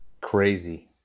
Crazy